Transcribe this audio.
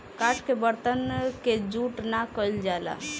काठ के बरतन के जूठ ना कइल जाला